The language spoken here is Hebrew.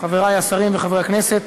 חברי הכנסת.